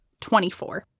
24